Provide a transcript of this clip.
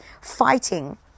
fighting